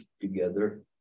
together